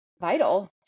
vital